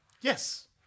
Yes